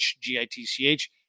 G-I-T-C-H